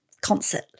concert